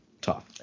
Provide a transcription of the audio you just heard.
Tough